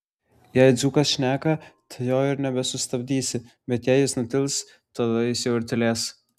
jei dzūkas šneka tai jo ir nesustabdysi bet jei jis nutils tada jis jau ir tylės